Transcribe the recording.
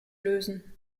lösen